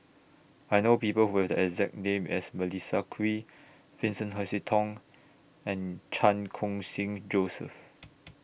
I know People Who Have The exact name as Melissa Kwee Vincent Hoisington and Chan Khun Sing Joseph